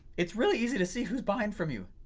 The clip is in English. it's really easy to see who's buying from you.